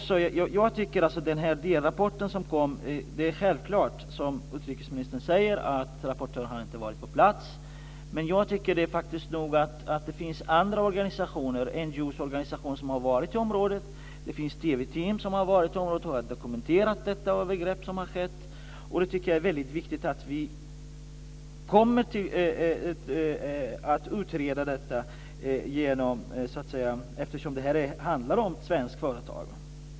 Som utrikesministern säger har rapportören inte varit på plats, men det finns andra organisationer, NGO:er, som har varit i området. TV team har varit i området och dokumenterat de övergrepp som har skett. Det är väldigt viktigt att vi utreder detta eftersom det handlar om ett svenskt företag.